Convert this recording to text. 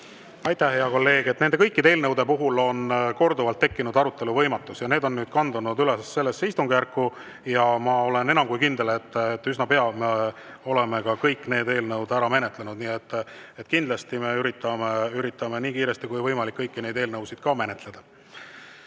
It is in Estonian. Aitäh, hea kolleeg! Kõikide nende eelnõude puhul on korduvalt tekkinud arutelu võimatus ja nüüd on need kandunud üle sellesse istungjärku. Ja ma olen enam kui kindel, et üsna pea me oleme kõik need eelnõud ära menetlenud. Kindlasti me üritame nii kiiresti kui võimalik kõiki neid eelnõusid menetleda.